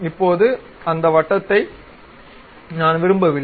இப்போது இந்த வட்டத்தை நான் விரும்பவில்லை